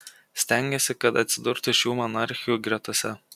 stengėsi kad atsidurtų šių monarchių gretose